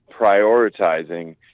prioritizing